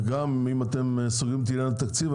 ואם אתם סוגרים את עניין התקציב,